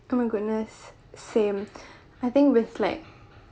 oh my goodness same I think with like